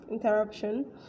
interruption